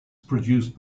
produced